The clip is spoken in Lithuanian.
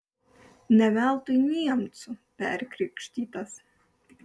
ne veltui niemcu perkrikštytas